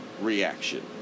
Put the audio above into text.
reaction